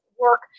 work